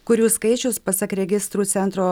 kurių skaičius pasak registrų centro